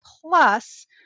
plus